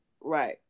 Right